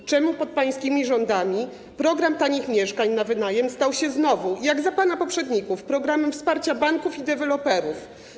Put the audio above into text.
Dlaczego pod pańskimi rządami program tanich mieszkań na wynajem stał się znowu, jak za pana poprzedników, programem wsparcia banków i deweloperów?